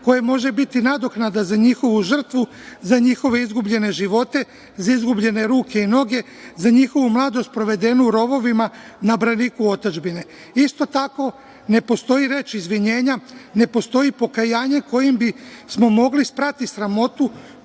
koje može biti nadoknada za njihovu žrtvu, za njihove izgubljene živote, za izgubljene ruke i noge, za njihovu mladost provedenu u rovovima, na braniku otadžbine. Isto tako ne postoji reč izvinjenja, ne postoji pokajanje kojim bismo mogli sprati sramotu